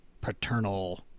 paternal